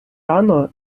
рано